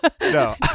No